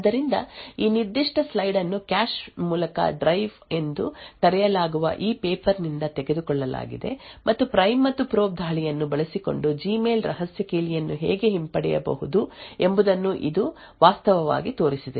ಆದ್ದರಿಂದ ಈ ನಿರ್ದಿಷ್ಟ ಸ್ಲೈಡ್ ಅನ್ನು ಕ್ಯಾಶ್ ಮೂಲಕ ಡ್ರೈವ್ ಎಂದು ಕರೆಯಲಾಗುವ ಈ ಪೇಪರ್ ನಿಂದ ತೆಗೆದುಕೊಳ್ಳಲಾಗಿದೆ ಮತ್ತು ಪ್ರೈಮ್ ಮತ್ತು ಪ್ರೋಬ್ ದಾಳಿಯನ್ನು ಬಳಸಿಕೊಂಡು ಜಿ ಮೇಲ್ ರಹಸ್ಯ ಕೀಲಿಯನ್ನು ಹೇಗೆ ಹಿಂಪಡೆಯಬಹುದು ಎಂಬುದನ್ನು ಇದು ವಾಸ್ತವವಾಗಿ ತೋರಿಸಿದೆ